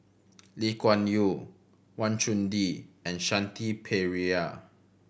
Lee Kuan Yew Wang Chunde and Shanti Pereira